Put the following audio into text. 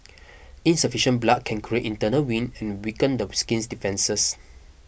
insufficient blood can create internal wind and weaken the skin's defences